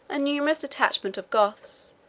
a numerous detachment of goths,